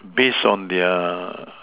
based on their